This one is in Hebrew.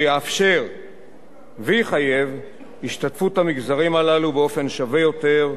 ויחייב השתתפות המגזרים הללו באופן שווה יותר בנשיאה בנטל.